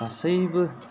गासैबो